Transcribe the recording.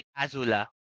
Azula